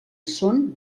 són